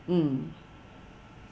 mm